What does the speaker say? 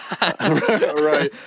Right